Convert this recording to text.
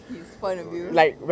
his point of view